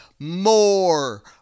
More